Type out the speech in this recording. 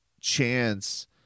chance